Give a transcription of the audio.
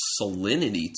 salinity